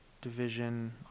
division